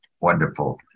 wonderful